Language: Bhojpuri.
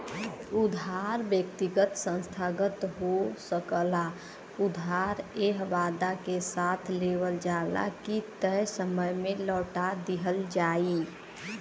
उधार व्यक्तिगत संस्थागत हो सकला उधार एह वादा के साथ लेवल जाला की तय समय में लौटा दिहल जाइ